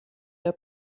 der